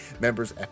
Members